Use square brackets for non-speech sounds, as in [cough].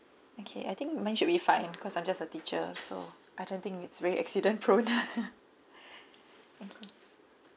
okay I think mine should be fine because I'm just a teacher so I don't think it's very accident prone [laughs]